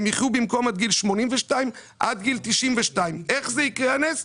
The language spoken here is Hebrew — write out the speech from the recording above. הם יחיו במקום עד גיל 82 עד גיל 92. איך זה יקרה הנס?